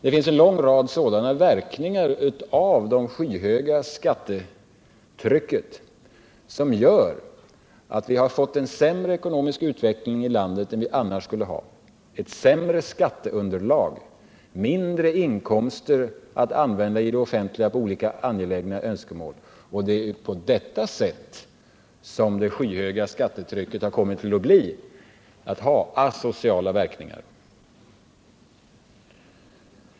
Det finns en lång rad sådana verkningar av det skyhöga skattetrycket som gör att vi har fått en sämre ekonomisk utveckling i landet än vi annars skulle ha fått, ett sämre skatteunderlag, mindre inkomster att användas av det offentliga för olika angelägna önskemål. På detta sätt har det skyhöga skattetrycket kommit att få asociala verkningar.